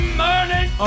morning